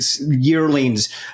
yearlings